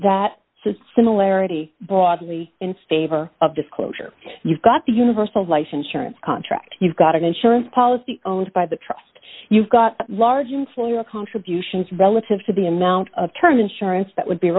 that similarity broadly in favor of disclosure you've got the universal life insurance contract you've got an insurance policy owned by the trust you've got large influence contributions relative to the amount of term insurance that would be